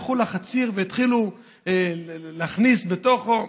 הלכו לחציר והתחילו להכניס בתוכו,